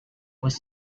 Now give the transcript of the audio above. was